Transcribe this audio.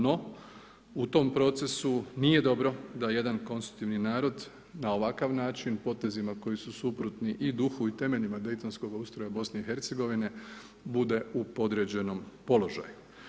No u tom procesu nije dobro da jedan konstitutivni narod na ovakav način potezima koji su suprotni i duhu i temeljima Daytonskoga ustroja BiH-a bude u podređenom položaju.